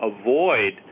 avoid